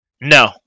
No